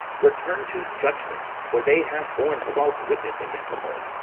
return to judgment, for they have borne false witness against her.